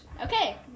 Okay